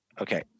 Okay